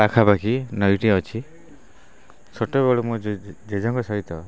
ପାଖାପାଖି ନଈଟି ଅଛି ଛୋଟବେଳୁ ମୋ ଜେଜେଙ୍କ ସହିତ